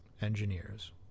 engineers